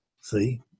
See